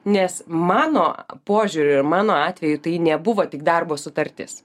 nes mano požiūriu mano atveju tai nebuvo tik darbo sutartis